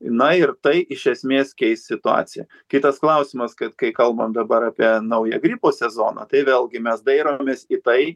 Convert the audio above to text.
na ir tai iš esmės keis situaciją kitas klausimas kad kai kalbam dabar apie naują gripo sezoną tai vėlgi mes dairomės į tai